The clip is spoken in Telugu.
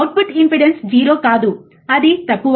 అవుట్పుట్ ఇంపెడెన్స్ 0 కాదు అది తక్కువ